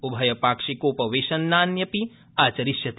उभय पाक्षिकोपवेशनान्यपि आचरिष्यति